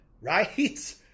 right